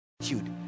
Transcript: attitude